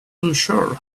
unsure